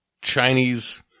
Chinese